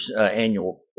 annual